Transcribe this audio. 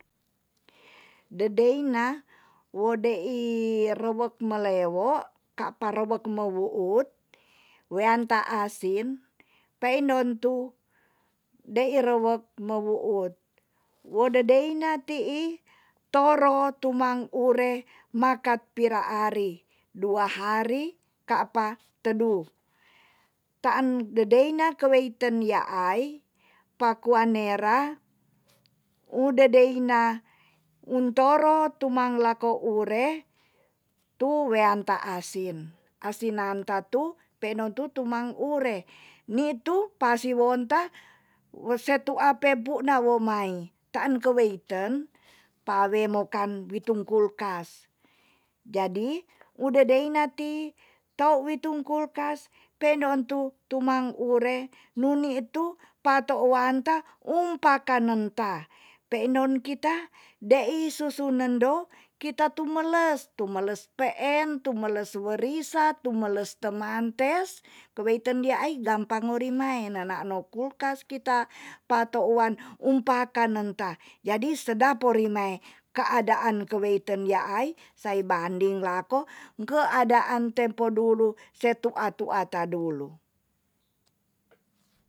Dedei na wo dei rewok malewo kapa rewek ma wuut wean ta asin peindon tu dei rewek me wuut wo dedeina tii toro tumang ure makat pira ari dua hari kapa tedu taan dedeina keweiten yaai pakoa nera u dedeina un toro tumang lako ure tu wean ta asin asin nanta tu. penon tu tumang ure nitu pasi wonta we se tua pe puna wo mai taan keweiten pawe mokan witung kulkas jadi u dedeina ti tou witung kulkas pendon tu tumang ure nuni tu pato wan ta um pakanen ta peindon kita dei susu nendo kita tumeles. tumeles peen, tumeles werisa tumeles te mantes keweiten yaai gampang o rimae nana no kulkas kita patowan um paka nen ta jadi sedap o rimae kaadaan keweiten yaai saibanding lako ngkeadaan tempo dulu se tua tua ta dulu